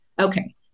Okay